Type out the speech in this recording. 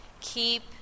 Keep